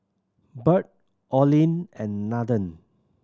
Bird Olin and Nathen